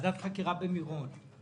ועדת חקירה במירון.